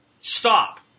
stop